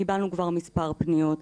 קיבלנו כבר מספר פניות,